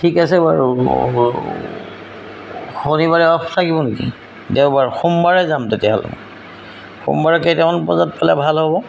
ঠিক আছে বাৰু শনিবাৰে অফ থাকিব নেকি দেওবাৰ সোমবাৰে যাম তেতিয়াহ'লে সোমবাৰে কেইটামান বজাত পালে ভাল হ'ব